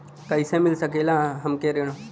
कइसे मिल सकेला हमके ऋण?